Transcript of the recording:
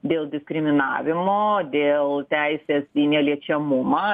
dėl diskriminavimo dėl teisės į neliečiamumą